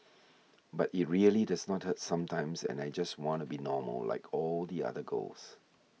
but it really does not hurt sometimes and I just wanna be normal like all the other girls